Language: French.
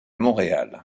montréal